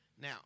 Now